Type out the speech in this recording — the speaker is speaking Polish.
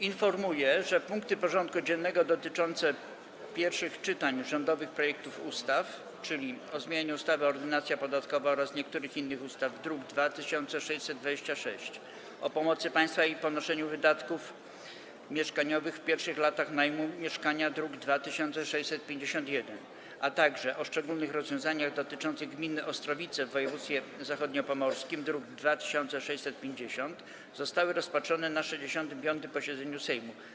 Informuję, że punkty porządku dziennego dotyczące pierwszych czytań rządowych projektów ustaw: - o zmianie ustawy Ordynacja podatkowa oraz niektórych innych ustaw, druk nr 2626, - o pomocy państwa w ponoszeniu wydatków mieszkaniowych w pierwszych latach najmu mieszkania, druk nr 2651, - o szczególnych rozwiązaniach dotyczących gminy Ostrowice w województwie zachodniopomorskim, druk nr 2650, zostały rozpatrzone na 65. posiedzeniu Sejmu.